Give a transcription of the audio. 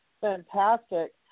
fantastic